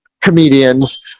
comedians